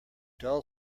dull